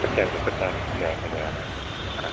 पृच्छामि तथा धन्यवादः धन्यवादः